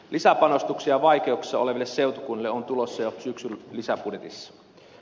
lisäpanostuksia vaikeuksissa oleville seutukunnille on tulossa jo syksyn lisäbudjetissa